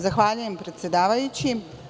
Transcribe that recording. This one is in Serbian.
Zahvaljujem, predsedavajući.